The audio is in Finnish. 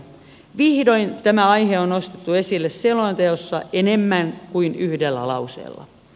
vihdoin tämä aihe on nostettu esille selonteossa enemmän kuin yhdellä lauseella